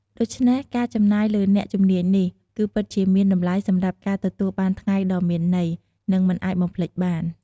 ដូច្នេះ ការចំណាយលើអ្នកជំនាញនេះ គឺពិតជាមានតម្លៃសម្រាប់ការទទួលបានថ្ងៃដ៏មានន័យ និងមិនអាចបំភ្លេចបាន។